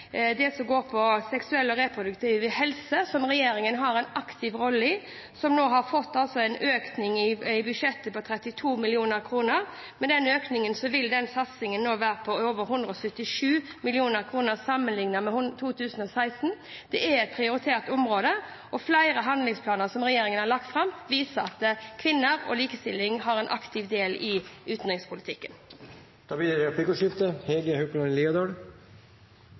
det som går på seksuell og reproduktiv helse – som regjeringen har en aktiv rolle i – nå har fått en økning i budsjettet på 32 mill. kr. Med dette vil økningen nå være på over 177 mill. kr sammenliknet med 2016. Det er et prioritert område. Regjeringen har lagt fram flere handlingsplaner som viser at kvinner og likestilling er en aktiv del av utenrikspolitikken. Det blir replikkordskifte.